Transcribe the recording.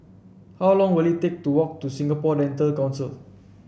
how long will it take to walk to Singapore Dental Council